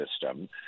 system